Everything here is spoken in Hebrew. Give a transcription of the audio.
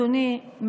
אדוני,